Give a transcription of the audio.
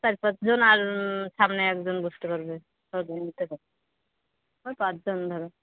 চার পাঁচজন আর সামনে একজন বসতে পারবে ওই পাঁচজন ধরো